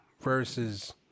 versus